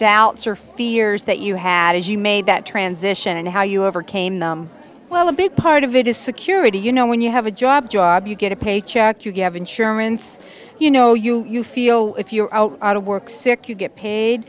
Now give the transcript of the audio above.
doubts or fears that you had as you made that transition and how you overcame them well a big part of it is security you know when you have a job job you get a paycheck you get insurance you know you you feel if you're out of work sick you get paid